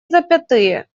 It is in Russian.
запятые